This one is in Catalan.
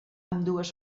ambdues